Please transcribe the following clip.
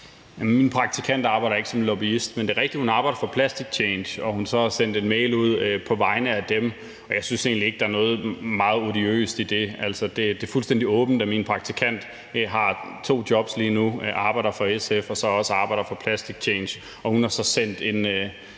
Min praktikant arbejder ikke som lobbyist, men det er rigtigt, at hun arbejder for Plastic Change, og at hun så har sendt en mail ud på vegne af dem. Jeg synes egentlig ikke, der er noget meget odiøst i det. Det er fuldstændig åbent, at min praktikant har to jobs lige nu. Hun arbejder for SF, og hun arbejder også for Plastic Change. Hun har så sendt en